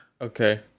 Okay